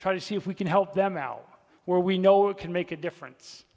try to see if we can help them out where we know it can make a difference